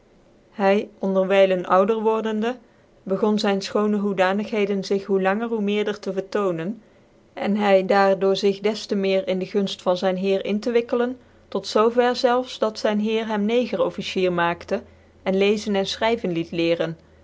hy ondcrwylcn ouder wordende begon zyn fchonc hoedanigheden zig hoe langer hoe meerder te vertonen cn hy daar door zig des temeer in de gunft van zyn heer in te wikkelen tot zoo ver zelfs dat zyn heer hem negerofficier maakte en leezen cn fchryven liet lecren